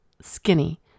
skinny